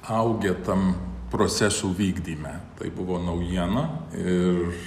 augę tam procesų vykdyme tai buvo naujiena ir